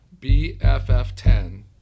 BFF10